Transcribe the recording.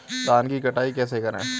धान की कटाई कैसे करें?